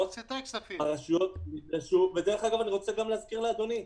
דרך אגב, אני רוצה גם להזכיר לאדוני,